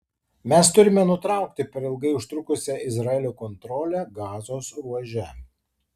mes turime nutraukti per ilgai užtrukusią izraelio kontrolę gazos ruože